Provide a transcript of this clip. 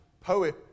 poet